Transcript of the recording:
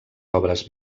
obres